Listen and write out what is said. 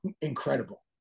incredible